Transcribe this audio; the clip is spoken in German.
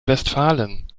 westfalen